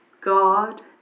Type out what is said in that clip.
god